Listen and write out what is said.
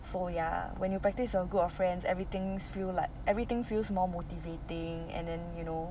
so ya when you practice with a group of friends everything feels like everything feels more motivating and then you know